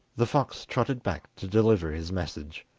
the fox trotted back to deliver his message.